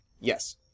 Yes